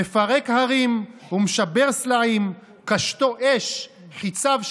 מפרק הרים ומשבר סלעים, קשתו אש, חיציו שלהבת,